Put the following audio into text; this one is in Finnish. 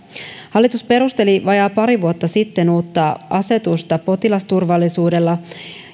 hallitus perusteli vajaat pari vuotta sitten uutta asetusta potilasturvallisuudella